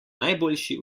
najboljši